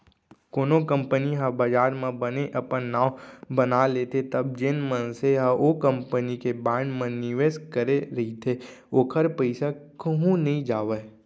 कोनो कंपनी ह बजार म बने अपन नांव बना लेथे तब जेन मनसे ह ओ कंपनी के बांड म निवेस करे रहिथे ओखर पइसा कहूँ नइ जावय